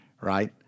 right